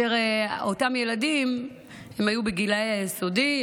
אותם ילדים היו בגיל יסודי,